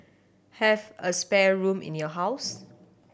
have a spare room in your house